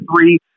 three